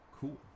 cool